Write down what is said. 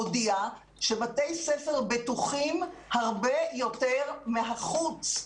הודיע שבתי ספר בטוחים הרבה יותר מהחוץ,